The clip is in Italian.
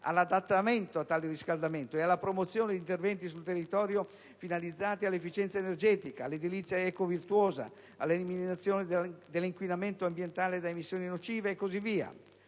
all'adattamento a tale riscaldamento e alla promozione di interventi sul territorio finalizzati all'efficienza energetica, all'edilizia ecovirtuosa, all'eliminazione dell'inquinamento ambientale da emissioni nocive e così via.